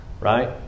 right